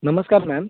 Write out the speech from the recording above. नमस्कार मॅम